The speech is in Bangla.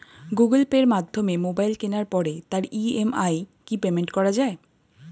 গুগোল পের মাধ্যমে মোবাইল কেনার পরে তার ই.এম.আই কি পেমেন্ট করা যায়?